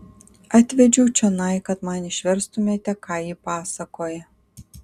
atvedžiau čionai kad man išverstumėte ką ji pasakoja